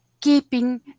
keeping